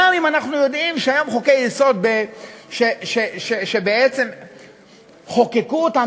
גם אם אנחנו יודעים שהיום חוקי-יסוד שבעצם חוקקו אותם